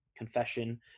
confession